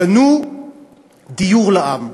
בנו דיור לעם,